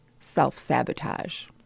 self-sabotage